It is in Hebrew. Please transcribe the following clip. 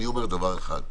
אני אומר דבר אחד: